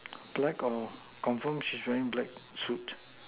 black or confirm she's wearing black suit